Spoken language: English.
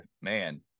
man